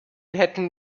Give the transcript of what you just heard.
hätten